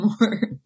more